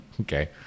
Okay